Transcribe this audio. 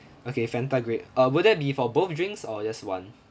okay Fanta grape uh will that be for both drinks or just one